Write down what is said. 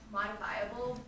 modifiable